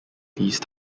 these